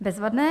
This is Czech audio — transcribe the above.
Bezvadné.